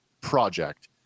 project